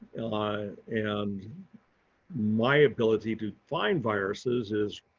ah and my ability to find viruses is